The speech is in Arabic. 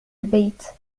البيت